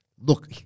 Look